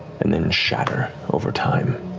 and then shatter over time.